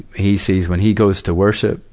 he sees, when he goes to worship,